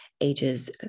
ages